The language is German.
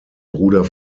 bruder